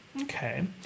Okay